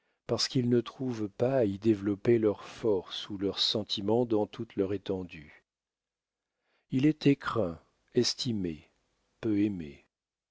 parce qu'ils ne trouvent pas à y développer leur force ou leurs sentiments dans toute leur étendue il était craint estimé peu aimé